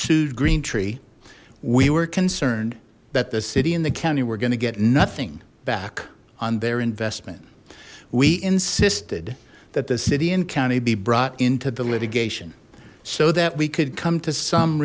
sued green tree we were concerned that the city in the county were going to get nothing back on their investment we insisted that the city and county be brought into the litigation so that we could come to some